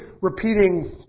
repeating